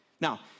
Now